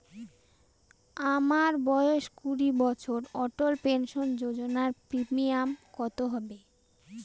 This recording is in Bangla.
আমার বয়স কুড়ি বছর অটল পেনসন যোজনার প্রিমিয়াম কত হবে?